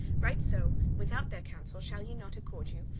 right so without their counsel shall ye not accord you,